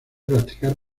practicar